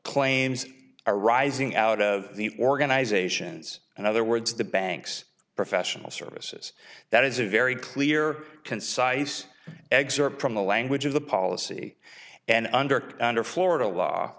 claims arising out of the organizations and other words the bank's professional services that is a very clear concise eggs are probably language of the policy and under under florida law